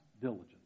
diligence